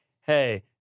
Hey